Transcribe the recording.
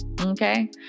Okay